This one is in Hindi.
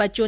बच्चों